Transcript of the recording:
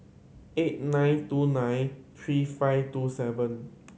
eight nine two nine three five two seven